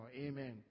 Amen